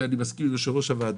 ואני מסכים עם יושב-ראש הוועדה,